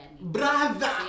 brother